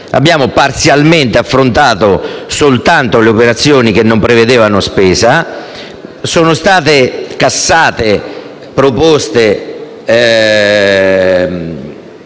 Abbiamo parzialmente affrontato soltanto le operazioni che non prevedevano spesa, sono state cassate proposte